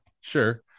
Sure